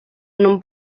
non